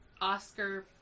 Oscar